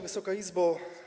Wysoka Izbo!